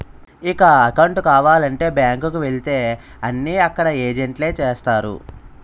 ఇక అకౌంటు కావాలంటే బ్యాంకు కు వెళితే అన్నీ అక్కడ ఏజెంట్లే చేస్తారు